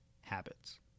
habits